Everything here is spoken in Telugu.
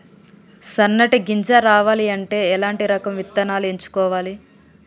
సన్నటి గింజ రావాలి అంటే ఎలాంటి రకం విత్తనాలు ఎంచుకోవాలి?